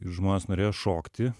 žmonės norėjo šokti